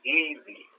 easy